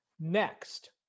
next